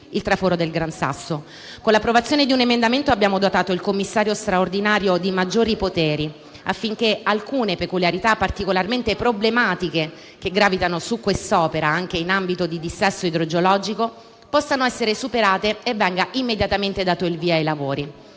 il traforo del Gran Sasso. Con l'approvazione di un emendamento, abbiamo dotato il commissario straordinario di maggiori poteri, affinché alcune peculiarità particolarmente problematiche che gravitano intorno a quest'opera anche in ambito di dissesto idrogeologico possano essere superate e venga immediatamente dato il via ai lavori.